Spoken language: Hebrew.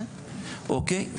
אוקיי?